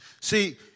See